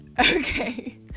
Okay